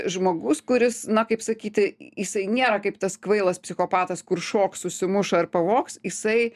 žmogus kuris na kaip sakyti jisai nėra kaip tas kvailas psichopatas kur šoks susimuš ar pavogs jisai